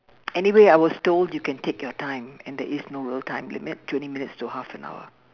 anyway I was told you can take your time and there is no real time limit twenty minutes to half and hour